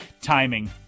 Timing